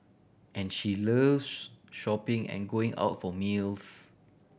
and she loves shopping and going out for meals